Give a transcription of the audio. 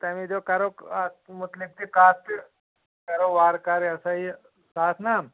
تمی دۄہ کَرو اتھ مُتعلق تہِ کَتھ تہٕ کَرو وار کار یہِ ہسا یہِ سات نام